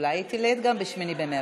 אולי היא תלד גם ב-8 במרס.